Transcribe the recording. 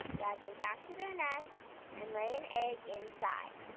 drag them back to their nests and lay an egg inside.